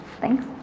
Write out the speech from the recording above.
Thanks